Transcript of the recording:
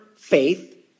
Faith